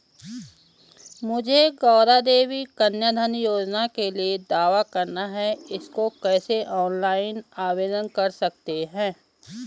मुझे गौरा देवी कन्या धन योजना के लिए दावा करना है इसको कैसे ऑनलाइन आवेदन कर सकते हैं?